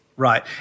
Right